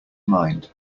mind